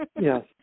Yes